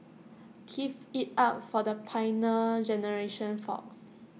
give IT up for the Pioneer Generation folks